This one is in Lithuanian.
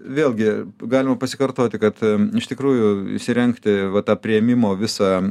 vėlgi galima pasikartoti kad iš tikrųjų įsirengti va tą priėmimo visą